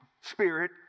Spirit